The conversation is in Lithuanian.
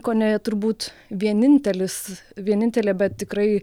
kone turbūt vienintelis vienintelė bet tikrai